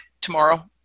tomorrow